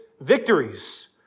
victories